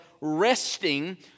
resting